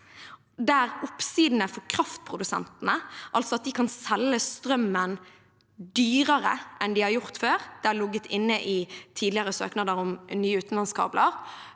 oppsidene for kraftprodusentene – altså at de kan selge strømmen dyrere enn de har gjort før, noe som har ligget inne i tidligere søknader om nye utenlandskabler,